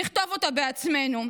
נכתוב אותה בעצמנו,